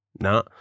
No